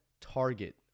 target